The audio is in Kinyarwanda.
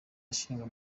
ashingwa